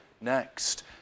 Next